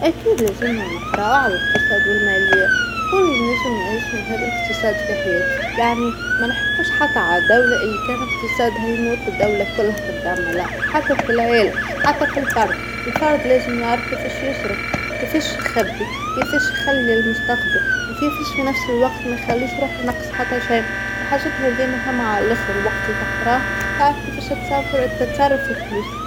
أكيد لازمنا نقراو على الاقتصاد والماليه، شكون اللي ينجم يعيش من غير الإقتصاد في حياتو، يعني ما نحكوش حتى عالدوله اللي كان إقتصادها يموت الدوله كلها تدمر، لاء، حتى في العالم، حتى في الفرد، الفرد لازم يعرف كيفاش يصرف، كيفاش يخبي، كيفاش يخلي للمستقبل وكيفاش في نفس الوقت ما يخليش روحو ناقص حتى شي، الحاجات هاذيا مهمه عاللخر، الوقت اللي تقراه تعرف كيفاش تتص- تتصرف في فلوسك.